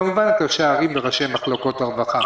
וכמובן את ראשי הערים וראשי מחלקות הרווחה.